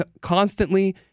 constantly